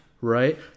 Right